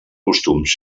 costums